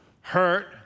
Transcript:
hurt